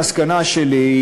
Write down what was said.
המסקנה שלי היא,